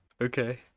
Okay